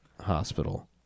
Hospital